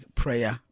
prayer